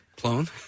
Clone